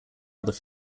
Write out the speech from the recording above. other